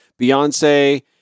Beyonce